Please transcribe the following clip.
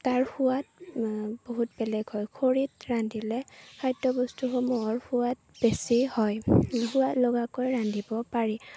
তাৰ সোৱাদ বহুত বেলেগ হয় খৰিত ৰান্ধিলে খাদ্যবস্তুসমূহৰ সোৱাদ বেছি হয় সোৱাদ লগাকৈ ৰান্ধিব পাৰি